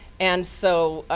and so,